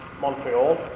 Montreal